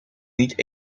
niet